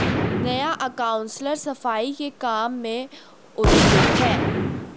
नया काउंसलर सफाई के काम में उत्सुक है